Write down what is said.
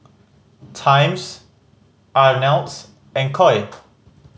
Times Ameltz and Koi